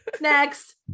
Next